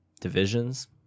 divisions